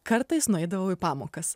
kartais nueidavau į pamokas